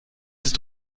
ist